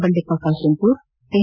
Bandeppa Kashempur N